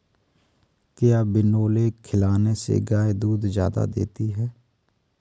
क्या बिनोले खिलाने से गाय दूध ज्यादा देती है?